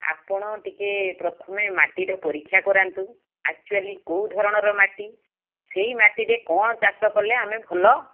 ଆପଣ ଟିକେ ପ୍ରଥମେ ମାଟିଟା ପରୀକ୍ଷା କରାନ୍ତୁ ଆକ୍ଚୁଆଲୀ କେଉଁ ଧରଣର ମାଟି ସେଇ ମାଟିରେ କ'ଣ ଚାଷ କଲେ ଆମେ ଭଲ